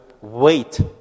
wait